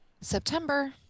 September